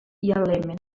iemen